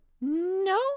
No